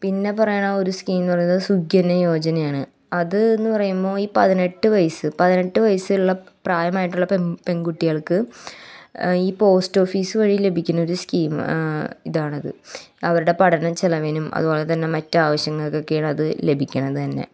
പിന്നെ പറയണ ഒരു സ്കീംന്ന് പറയണത് സുകന്യ യോജനയാണ് അതെന്ന് പറയുമ്പോൾ ഈ പതിനെട്ട് വയസ്സ് പതിനെട്ട് വയസ് ഉള്ള പ്രായമായിട്ടുള്ള പെൺകുട്ടികൾക്ക് ഈ പോസ്റ്റ് ഓഫീസ് വഴി ലഭിക്കുന്നൊരു സ്കീം ഇതാണത് അവരുടെ പഠനച്ചിലവിനും അതുപോലെതന്നെ മറ്റാവശ്യങ്ങൾക്കൊക്കെയാണത് ലഭിക്കണത് തന്നെ